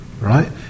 right